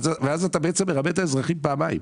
ואז אתה בעצם מרמה את האזרחים פעמיים: